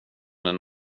den